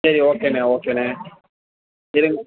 சேரி ஓகேண்ணே ஓகேண்ணே இருங்க